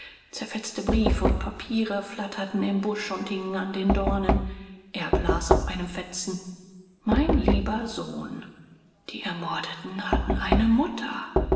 zerfetzte briefe und papiere flatterten im busch und hingen an den dornen erb las auf einem fetzen mein lieber sohn die ermordeten hatten eine mutter